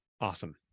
Awesome